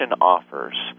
offers